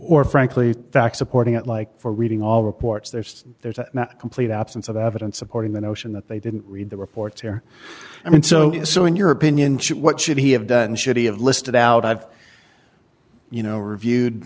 or frankly facts supporting it like for reading all reports there so there's a complete absence of evidence supporting the notion that they didn't read the reports here i mean so so in your opinion what should he have done should he have listed out i've you know reviewed